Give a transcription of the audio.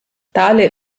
tale